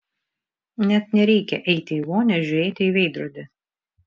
net nereikia eiti į vonią žiūrėti į veidrodį